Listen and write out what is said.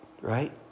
Right